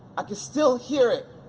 i can still hear it